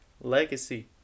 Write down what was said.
Legacy